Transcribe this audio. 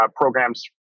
programs